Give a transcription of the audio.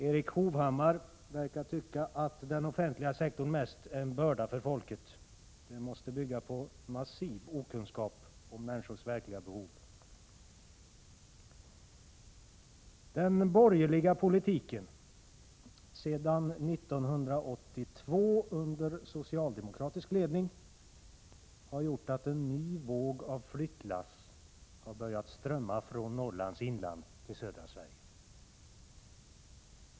Erik Hovhammar verkar tycka att den offentliga sektorn mest är en börda för folket. Det måste bygga på massiv okunskap om människors verkliga behov. Den borgerliga politiken, sedan 1982 under socialdemokratisk ledning, har gjort att en ny våg av flyttlass börjat strömma från Norrlands inland till södra Sverige.